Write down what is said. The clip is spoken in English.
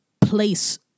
place